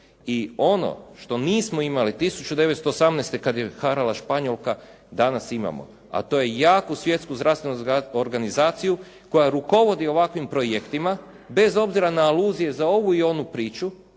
i ono što nismo imali 1918. kad je harala španjolka danas imamo. A to je jaku Svjetsku zdravstvenu organizaciju koja rukovodi ovakvim projektima bez obzira na aluzije za ovu i onu priču,